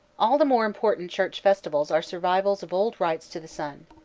all the more important church festivals are survivals of old rites to the sun.